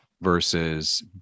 versus